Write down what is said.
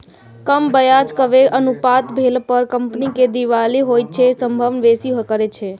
कम ब्याज कवरेज अनुपात भेला पर कंपनी के दिवालिया होइ के संभावना बेसी रहै छै